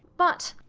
but